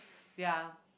ya